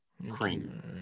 Cream